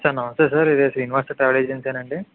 sir నమస్తే sir ఇది Srinivasa travel ఏజెన్సీయేనండి